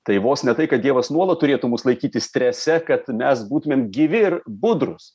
tai vos ne tai kad dievas nuolat turėtų mus laikyti strese kad mes būtumėm gyvi ir budrūs